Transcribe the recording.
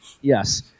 Yes